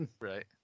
Right